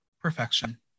perfection